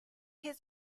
his